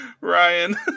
Ryan